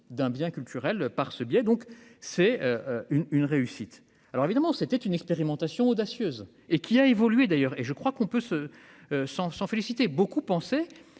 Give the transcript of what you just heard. d'un bien culturel par ce biais, donc c'est une une réussite, alors évidemment, c'était une expérimentation audacieuse et qui a évolué, d'ailleurs, et je crois qu'on peut se s'en sont félicités, beaucoup pensaient